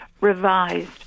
revised